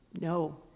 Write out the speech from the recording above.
No